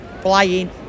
flying